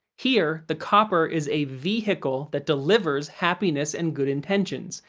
here, the copper is a vehicle that delivers happiness and good intentions,